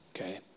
okay